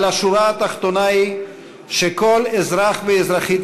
אבל השורה התחתונה היא שכל אזרח ואזרחית